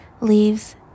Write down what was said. leaves